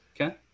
Okay